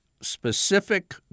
specific